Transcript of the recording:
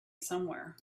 somewhere